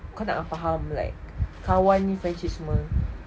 kau nak faham like kawan friendship semua